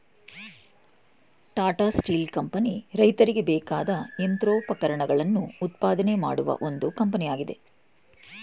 Tata steel company ರೈತರಿಗೆ ಬೇಕಾದ ಯಂತ್ರೋಪಕರಣಗಳನ್ನು ಉತ್ಪಾದನೆ ಮಾಡುವ ಒಂದು ಕಂಪನಿಯಾಗಿದೆ